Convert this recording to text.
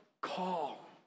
call